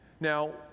Now